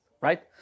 right